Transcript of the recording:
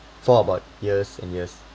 for about years and years